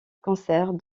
concert